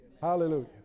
Hallelujah